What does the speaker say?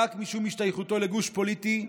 רק משום השתייכותו לגוש פוליטי,